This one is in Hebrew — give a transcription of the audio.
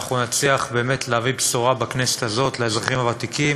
אנחנו נצליח להביא בשורה בכנסת הזאת לאזרחים הוותיקים.